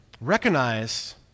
recognize